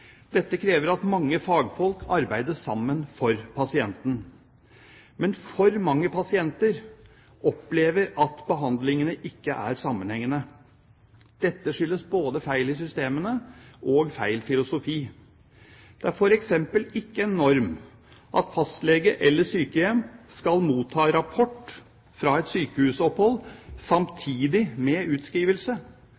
Dette krever at mange fagfolk arbeider sammen for pasienten. Men for mange pasienter opplever at behandlingene ikke er sammenhengende. Dette skyldes både feil i systemene og feil filosofi. Det er f.eks. ikke en norm at fastlege eller sykehjem skal motta rapport fra et sykehusopphold